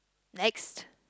next